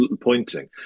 pointing